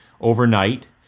overnight